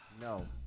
No